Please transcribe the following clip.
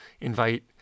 invite